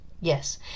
Yes